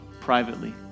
privately